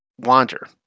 wander